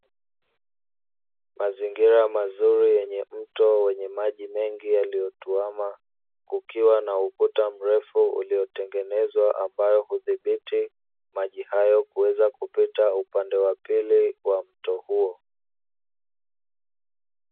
Mazingira mazuri yenye mto wenye maji mengi yaliyotuama, kukiwa na ukuta mrefu uliotengenezwa ambao hudhibiti maji hayo kuweza kupita upande wa pili wa mto huo.